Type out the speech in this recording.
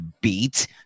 beat